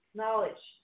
knowledge